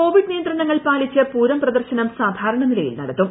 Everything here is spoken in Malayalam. കൊവിഡ് നിയന്ത്രണങ്ങൾ പാലിച്ച് പൂരം പ്രദർശനം സാധാരണ നിലയിൽ നടത്തും